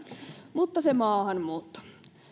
mutta se maahanmuutto